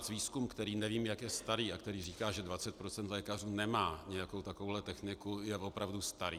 Výzkum, který nevím, jak je starý a který říká, že 20 % lékařů nemá nějakou takovou techniku, je opravdu starý.